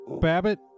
Babbitt